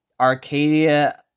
Arcadia